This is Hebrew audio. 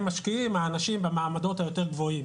משקיעים האנשים במעמדות היותר גבוהים.